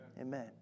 Amen